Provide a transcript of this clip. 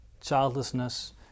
childlessness